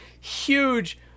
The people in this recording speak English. Huge